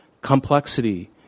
Complexity